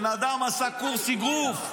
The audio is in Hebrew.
הבן אדם עשה קורס אגרוף,